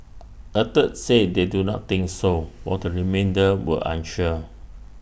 A third said they do not think so what the remainder were unsure